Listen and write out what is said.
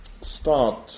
start